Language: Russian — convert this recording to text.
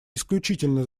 исключительно